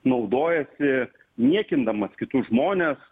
naudojasi niekindamas kitus žmones